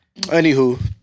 Anywho